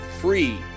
free